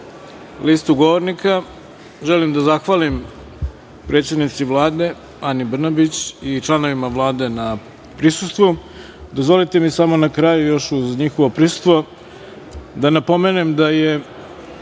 listu govornika, želim da zahvalim predsednici Vlade, Ani Brnabić i članovima Vlade na prisustvu. Dozvolite mi samo na kraju još uz njihovo prisustvo da napomenem da je